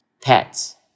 pets